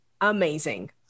amazing